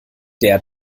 der